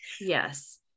yes